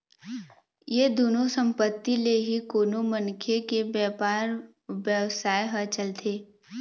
ये दुनो संपत्ति ले ही कोनो मनखे के बेपार बेवसाय ह चलथे